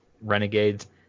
Renegades